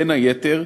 בין היתר,